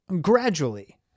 gradually